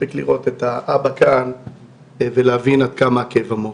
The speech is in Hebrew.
מספיק לראות כאן את האבא ולהבין עד כמה הכאב עמוק.